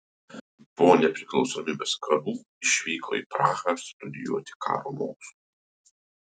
po nepriklausomybės karų išvyko į prahą studijuoti karo mokslų